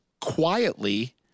quietly